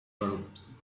groups